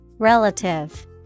Relative